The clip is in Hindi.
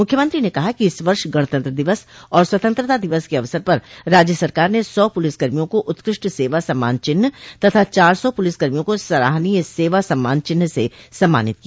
मुख्यमंत्री ने कहा कि इस वर्ष गणतंत्र दिवस और स्वतंत्रता दिवस के अवसर पर राज्य सरकार ने सौ पुलिसकर्मियों को उत्कृष्ट सेवा सम्मान चिन्ह तथा चार सौ पुलिसकर्मियों को सराहनीय सेवा सम्मान चिन्ह से सम्मानित किया